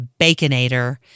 Baconator